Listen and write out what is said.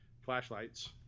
flashlights